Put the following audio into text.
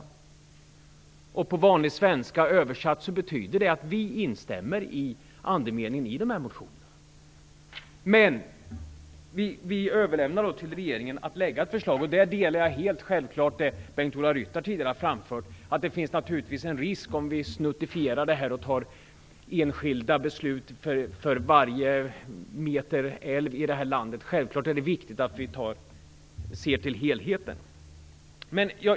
Översatt till vanlig svenska betyder det att vi instämmer i andemeningen i motionerna, men vi överlåter till regeringen att lägga fram ett förslag. Där delar jag den uppfattning som Bengt-Ola Ryttar tidigare har framfört, att det naturligtvis finns en risk att vi snuttifierar det här och fattar enskilda beslut för varje meter älv här i landet. Självklart är det viktigt att vi ser till helheten.